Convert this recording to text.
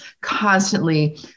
constantly